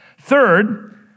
Third